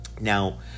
Now